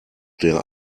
der